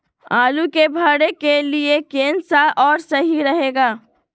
आलू के भरे के लिए केन सा और सही रहेगा?